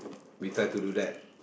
we try to do that